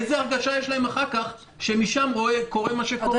איזו הרגשה יש להם אחר כך שמשם קורה מה שקורה?